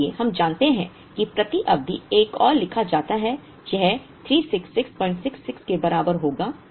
इसलिए हम जानते हैं कि प्रति अवधि एक और लिखा जाता है यह 36666 के बराबर होगा